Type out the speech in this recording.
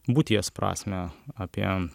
būties prasmę apie